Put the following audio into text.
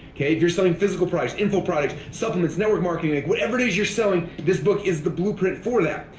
yeah if you're selling physical products, info products, something that's network marketing, like whatever it is you're selling, this book is the blueprint for that.